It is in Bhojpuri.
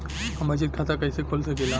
हम बचत खाता कईसे खोल सकिला?